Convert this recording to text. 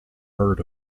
herd